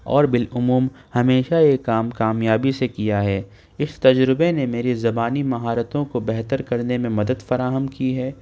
اور بالعموم ہمیشہ یہ کام کامیابی سے کیا ہے اس تجربے نے میری زبانی مہارتوں کو بہتر کرنے میں مدد فراہم کی ہے